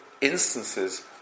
instances